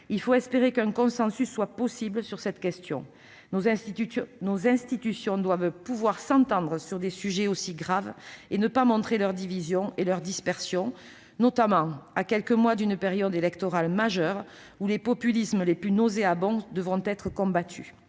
Il faut espérer qu'un consensus se dégage à ce sujet. Nos institutions doivent en effet pouvoir s'entendre sur des enjeux aussi importants et ne pas montrer leurs divisions et leur dispersion, notamment à quelques mois d'une période électorale majeure, pendant laquelle les populismes les plus nauséabonds devront être combattus.